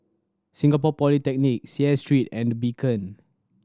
Singapore Polytechnic Seah Street and The Beacon